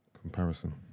comparison